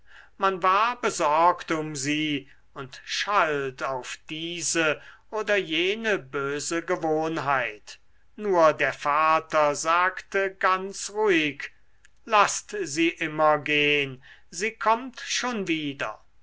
man war besorgt um sie und schalt auf diese oder jene böse gewohnheit nur der vater sagte ganz ruhig laßt sie immer gehn sie kommt schon wieder